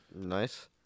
Nice